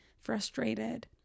frustrated